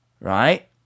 right